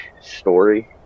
story